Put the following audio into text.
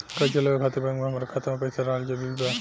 कर्जा लेवे खातिर बैंक मे हमरा खाता मे पईसा रहल जरूरी बा?